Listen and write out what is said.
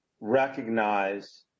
recognize